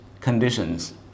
conditions